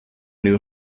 new